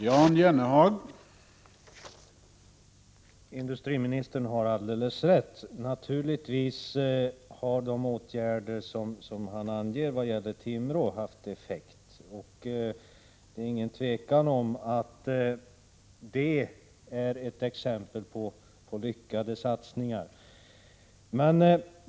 Herr talman! Industriministern har alldeles rätt. Naturligtvis har de åtgärder som han anger vad gäller Timrå haft effekt. Det är ingen tvekan om att det är ett exempel på lyckade satsningar.